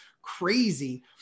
crazy